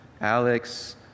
Alex